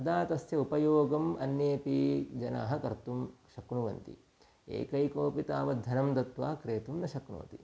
तदा तस्य उपयोगम् अन्येऽपि जनाः कर्तुं शक्नुवन्ति एकैकोऽपि तावद्धनं दत्त्वा क्रेतुं न शक्नोति